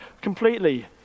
completely